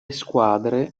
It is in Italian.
squadre